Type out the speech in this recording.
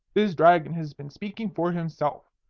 this dragon has been speaking for himself.